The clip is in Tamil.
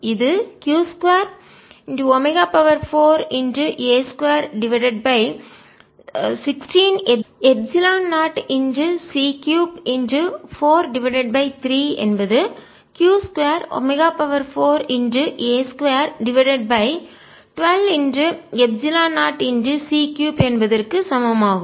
இது q2 omega four A2 divided by 16 epsilon 0 c3 43 என்பது q2 omega four A2 divided by 12 epsilon 0 c3 என்பதற்கு சமம் ஆகும்